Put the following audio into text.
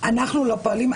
אנחנו לא פועלים,